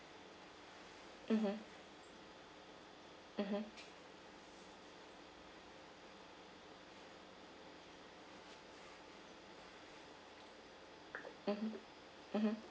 mmhmm mmhmm mmhmm